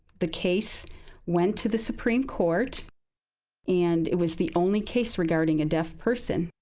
the case went to the supreme court and it was the only case regarding a deaf person.